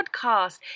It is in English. podcast